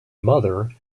mother